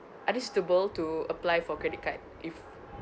are they suitable to apply for credit card if